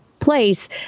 place